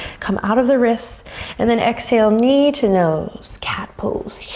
come out of the wrists and then exhale knee to nose. cat pose.